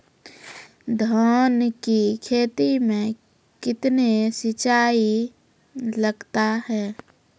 धान की खेती मे कितने सिंचाई लगता है?